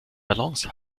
balance